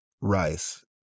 rice